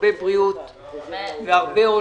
ניר, שיהיה לך הרבה בריאות והרבה אושר.